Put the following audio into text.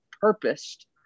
purposed